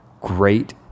great